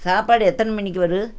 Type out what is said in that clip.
சாப்பாடு எத்தனை மணிக்கு வரும்